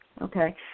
Okay